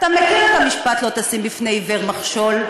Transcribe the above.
אתה מכיר את המשפט, לא תשים בפני עיוור מכשול.